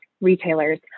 retailers